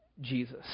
Jesus